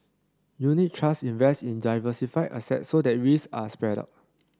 unit trust invest in diversified assets so that risk are spread out